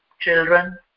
children